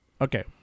Okay